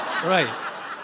Right